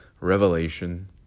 revelation